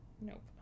Nope